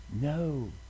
No